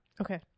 Okay